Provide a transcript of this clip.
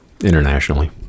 internationally